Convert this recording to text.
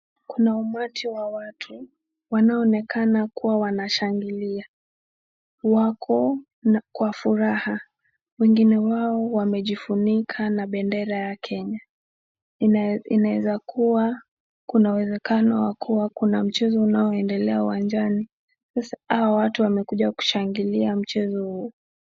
Kuna umati wa watu, wanaonekana kuwa wanashangilia. Wako kwa furaha. Wengine wao wanajifunika na bendera ya Kenya. Inaeza kua kua uwezekano wa kua kuna mchezo unaoendelea uwanjani, hawa watu wamekuja kushangilia mchezo huo.